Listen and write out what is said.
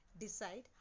decide